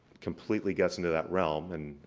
completely gets into that realm and,